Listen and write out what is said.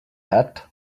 hat